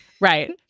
Right